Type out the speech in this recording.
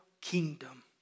kingdom